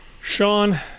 Sean